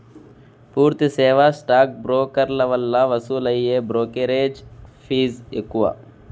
పూర్తి సేవా స్టాక్ బ్రోకర్ల వల్ల వసూలయ్యే బ్రోకెరేజ్ ఫీజ్ ఎక్కువ